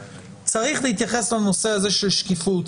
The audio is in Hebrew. צריך להתייחס לנושא הזה של שקיפות,